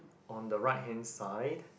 on the right hand side